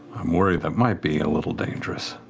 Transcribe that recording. i'm worried that might be a little dangerous,